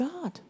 God